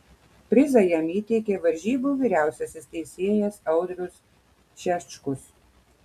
prizą jam įteikė varžybų vyriausiasis teisėjas audrius šečkus